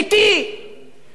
זאת לא גישה אנושית?